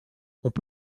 peut